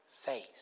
faith